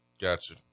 Gotcha